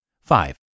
Five